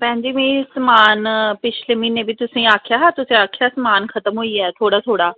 भैन जी में समान पिछले म्हीने बी तुसेंगी आक्खेआ हा तुसें आक्खेआ हा समान खत्म होई गेआ थोह्ड़ा थोह्ड़ा